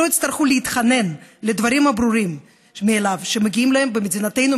שלא יצטרכו להתחנן לדברים הברורים מאליהם שמגיעים להם במדינתנו,